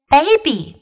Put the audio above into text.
Baby